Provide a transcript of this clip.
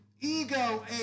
ego